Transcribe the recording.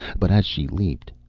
but as she leaped,